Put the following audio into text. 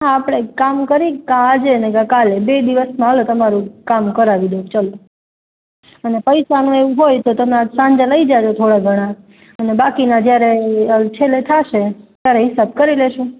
આપણે એક કામ કરી આજે નઈ તો કાલે બે દિવસમાં ઓલું તમારું કામ કરાવી દઉં ચલો પૈસાનું એવું હોય તો તમે હાંજે લઈ જાજો થોડા ઘણા અને બાકીના જ્યારે છેલ્લે થાસે ત્યારે ઇસાબ કરી લેશું